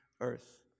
earth